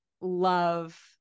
love